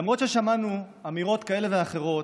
למרות ששמענו אמירות כאלה ואחרות,